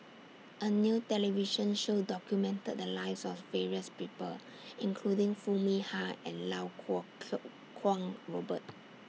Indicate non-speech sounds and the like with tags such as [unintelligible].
A New television Show documented The Lives of various People including Foo Mee Har and Lau Kuo [unintelligible] Kwong Robert